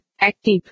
Active